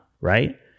right